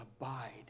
abide